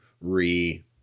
re